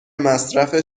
مصرف